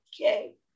okay